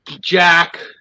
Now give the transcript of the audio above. Jack